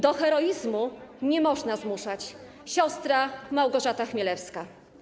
Do heroizmu nie można zmuszać - siostra Małgorzata Chmielewska.